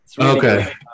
Okay